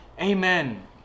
Amen